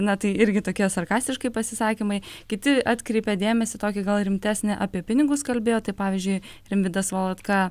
na tai irgi tokie sarkastiškai pasisakymai kiti atkreipė dėmesį į tokį gal rimtesnį apie pinigus kalbėjo tai pavyzdžiui rimvydas valatka